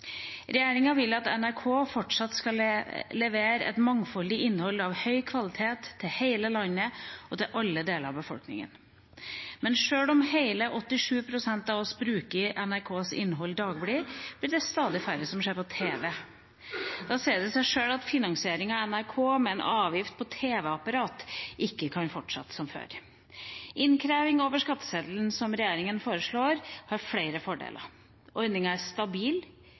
vil at NRK fortsatt skal levere et mangfoldig innhold av høy kvalitet til hele landet og til alle deler av befolkningen. Men sjøl om hele 87 pst. av oss bruker NRKs innhold daglig, blir det stadig færre som ser på tv. Da sier det seg selv at finansieringen av NRK, med en avgift på tv-apparat, ikke kan fortsette som før. Innkreving over skatteseddelen, som regjeringen foreslår, har flere fordeler. Ordningen er stabil,